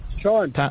Sean